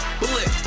bullet